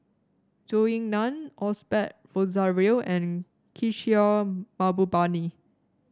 Zhou Ying Nan Osbert Rozario and Kishore Mahbubani